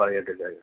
بڑھیا ڈیزائین